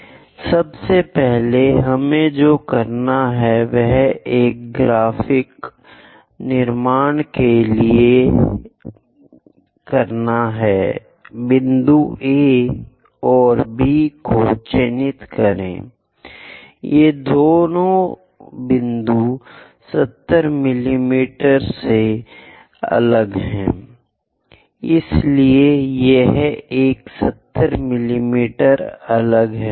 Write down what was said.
8 सबसे पहले हमें जो करना है वह एक ग्राफिक निर्माण के लिए है बिंदु A और B को चिह्नित करें ये दो बिंदु 70 मिमी से अलग हैं इसलिए यह एक 70 मिमी अलग है